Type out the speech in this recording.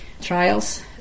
trials